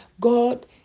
God